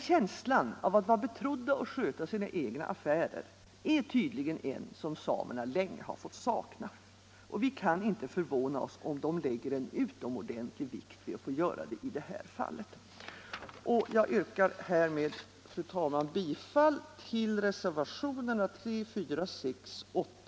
Känslan av att vara betrodda att sköta sina egna affärer är tydligen en som samerna länge har fått sakna. Vi kan inte förvåna oss om de lägger en utomordentlig vikt vid att få göra det i det här fallet.